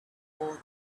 more